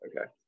Okay